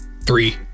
three